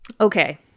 Okay